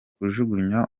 kujugunya